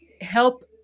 help